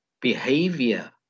behavior